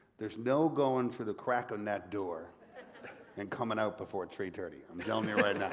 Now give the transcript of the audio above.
there's no going for the crack on that door and coming out before three thirty. i'm telling you right now.